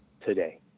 today